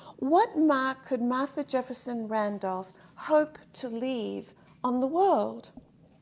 what mark could martha jefferson randolph hope to leave on the world?